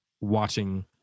watching